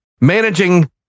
managing